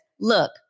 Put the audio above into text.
Look